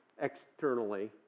externally